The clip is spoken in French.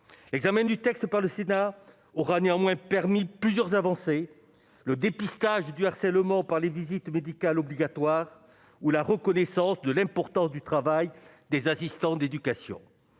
l'examen du texte par le Sénat aura néanmoins permis plusieurs avancées : le dépistage du harcèlement par les visites médicales obligatoires ou la reconnaissance de l'importance du travail des assistants d'éducation,